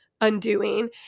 undoing